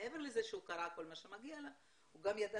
מעבר לזה שהוא קרא כל מה שמגיע לו הוא גם ידע